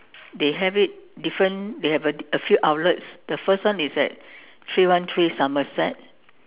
they have it different they have a a few outlets the first one is at three one three Somerset